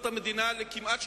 האחרונה אליך.